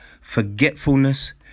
forgetfulness